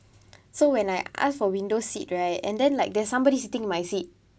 so when I ask for window seat right and then like there's somebody sitting in my seat